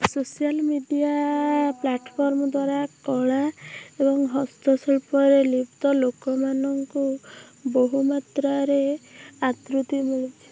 social media platform ଦ୍ୱାରା କଳା ଏବଂ ହସ୍ତଶିଳ୍ପରେ ଲିପ୍ତ ଲୋକମାନଙ୍କୁ ବହୁ ମାତ୍ରାରେ ଆଦୃତି ମିଳିଛି